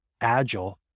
agile